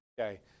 okay